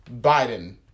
Biden